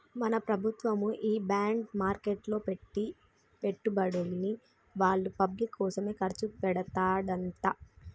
మన ప్రభుత్వము ఈ బాండ్ మార్కెట్లో పెట్టి పెట్టుబడుల్ని వాళ్ళ పబ్లిక్ కోసమే ఖర్చు పెడతదంట